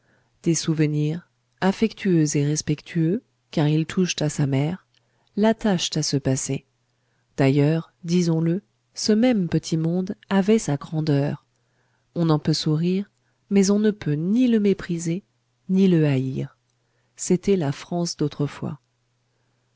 des souvenirs affectueux et respectueux car ils touchent à sa mère l'attachent à ce passé d'ailleurs disons-le ce même petit monde avait sa grandeur on en peut sourire mais on ne peut ni le mépriser ni le haïr c'était la france d'autrefois